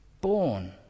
born